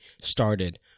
started